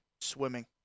swimming